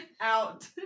Out